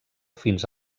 fins